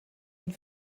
une